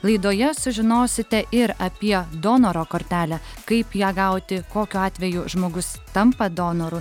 laidoje sužinosite ir apie donoro kortelę kaip ją gauti kokiu atveju žmogus tampa donoru